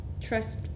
trust